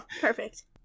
Perfect